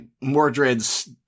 Mordred's